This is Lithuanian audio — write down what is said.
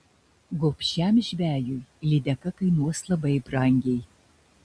gobšiam žvejui lydeka kainuos labai brangiai